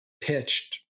pitched